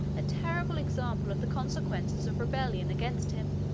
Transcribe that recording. a terrible example of the consequences of rebellion against him.